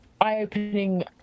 Eye-opening